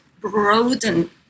broaden